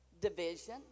division